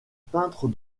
peintres